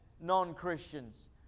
non-Christians